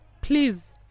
Please